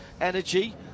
energy